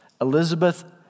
Elizabeth